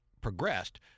progressed